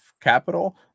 capital